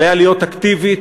עליה להיות אקטיבית,